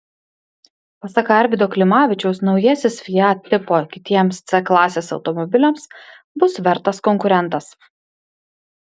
pasak arvydo klimavičiaus naujasis fiat tipo kitiems c klasės automobiliams bus vertas konkurentas